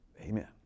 Amen